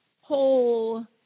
whole